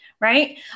right